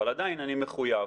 אבל עדיין אני מחויב,